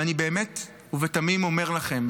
ואני באמת ובתמים אומר לכם,